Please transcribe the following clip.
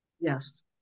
Yes